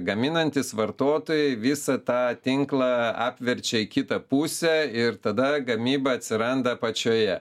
gaminantys vartotojai visą tą tinklą apverčia į kitą pusę ir tada gamyba atsiranda apačioje